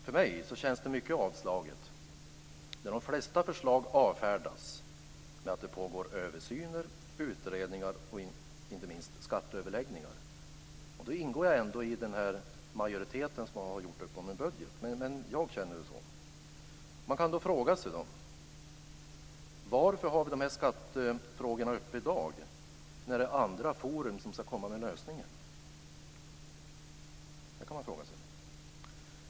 För mig känns det mycket avslaget när de flesta förslag avfärdas med att det pågår översyner, utredningar och inte minst skatteöverläggningar. Då ingår jag ändå i den majoritet som har gjort upp om en budget, men jag känner det så. Man kan då fråga sig: Varför har vi dessa skattefrågor uppe i dag när det är andra forum som skall komma med lösningen? Det kan man fråga sig.